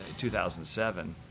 2007